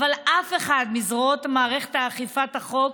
אף לא אחד מזרועות מערכת אכיפת החוק